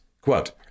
Quote